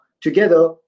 together